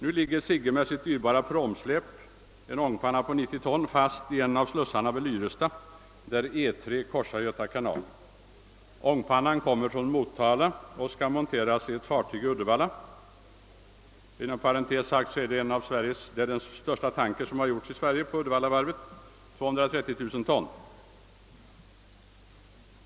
Nu ligger både Sigge och bogserbåtens dyrbara pråmsläp, en ångpanna som väger 90 ton, fast i en av slussarna vid Lyrestad, där E 3 korsar Göta kanal. ——— Ångpannan på Sigges pråm kommer från Motala och skall monteras i ett fartyg i Uddevalla.» Inom parentes sagt är det fråga om en av de största tankers som byggts i Sverige på Uddevallavarvet, nämligen på 230 000 ton.